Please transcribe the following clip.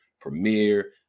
premiere